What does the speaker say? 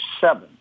seven